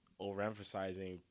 overemphasizing